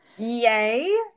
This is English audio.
Yay